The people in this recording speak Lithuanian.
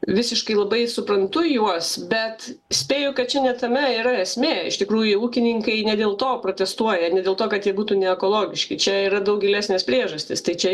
visiškai labai suprantu juos bet spėju kad čia tame yra esmė iš tikrųjų ūkininkai ne dėl to protestuoja ne dėl to kad jie būtų neekologiški čia yra daug gilesnės priežastys tai čia